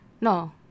No